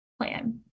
plan